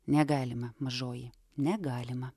negalima mažoji negalima